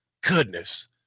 goodness